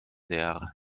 der